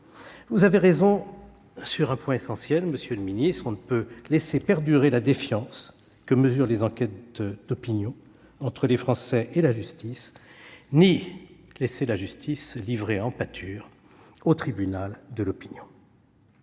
vous avez raison sur un point essentiel : on ne peut laisser perdurer la défiance que mesurent les enquêtes d'opinion entre les Français et la justice ni laisser la justice livrée en pâture au tribunal de l'opinion.